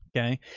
okay.